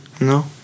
No